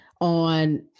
on